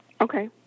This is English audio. Okay